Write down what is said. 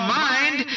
mind